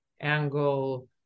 angle